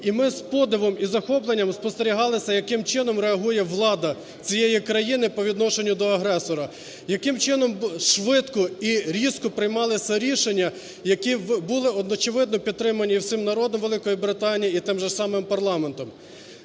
І ми з подивом і захопленням спостерігали це, яким чином реагує влада цієї країни по відношенню до агресора, яким чином швидко і різко приймалися рішення, які були, очевидно, підтримані всім народом Великої Британії і тим же самим парламентом,